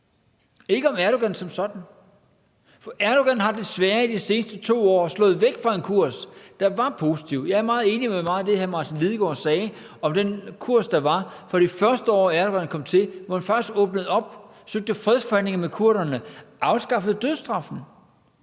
ikke om Erdogan som sådan. For Erdogan har desværre i de seneste 2 år slået væk fra en kurs, der var positiv. Jeg er meget enig i meget af det, hr. Martin Lidegaard sagde om den kurs, der var i de første år, Erdogan kom til, og hvor han først åbnede op, søgte fredsforhandlinger med kurderne og afskaffede dødsstraffen.